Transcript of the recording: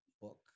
book